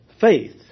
faith